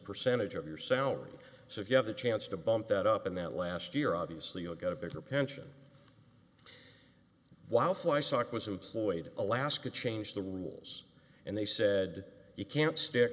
percentage of your salary so if you have the chance to bump that up in that last year obviously you'll get a bigger pension while fly stock was employed alaska changed the rules and they said you can't st